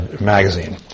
magazine